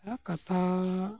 ᱠᱟᱛᱷᱟ